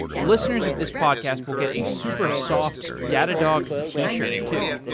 listeners of this podcast will get a super soft datadog t-shirt too.